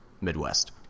Midwest